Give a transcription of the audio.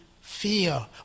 fear